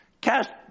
Cast